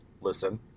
listen